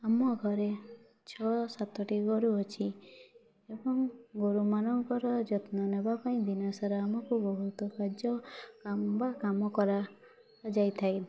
ଆମ ଘରେ ଛଅ ସାତଟି ଗୋରୁ ଅଛି ଏବଂ ଗୋରୁମାନଙ୍କର ଯତ୍ନ ନେବାପାଇଁ ଦିନସାରା ଆମୁକୁ ବହୁତ କାର୍ଯ୍ୟ ବା କାମ କରାଯାଇଥାଏ